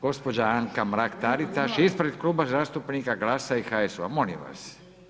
Gospođa Anka Mrak Taritaš ispred Kluba zastupnika GLAS-a i HSU-a, molim vas.